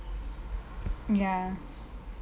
ya